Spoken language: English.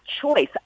choice